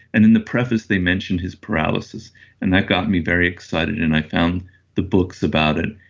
and in the preface they mentioned his paralysis and that got me very excited and i found the books about it.